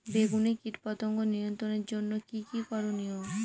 বেগুনে কীটপতঙ্গ নিয়ন্ত্রণের জন্য কি কী করনীয়?